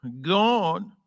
God